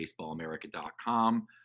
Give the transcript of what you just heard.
baseballamerica.com